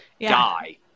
die